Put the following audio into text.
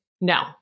no